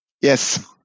Yes